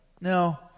No